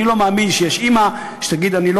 אני לא מאמין שיש אימא שתגיד: אני לא